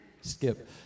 Skip